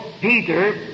Peter